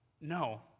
No